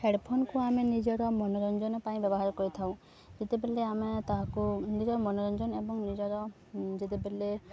ହେଡ଼୍ଫୋନ୍କୁ ଆମେ ନିଜର ମନୋରଞ୍ଜନ ପାଇଁ ବ୍ୟବହାର କରିଥାଉ ଯେତେବେଲେ ଆମେ ତାହାକୁ ନିଜର ମନୋରଞ୍ଜନ ଏବଂ ନିଜର ଯେତେବେଲେ